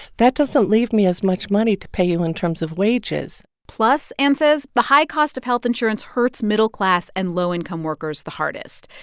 that doesn't leave me as much money to pay you in terms of wages plus, anne says, the high cost of health insurance hurts middle class and low-income workers the hardest.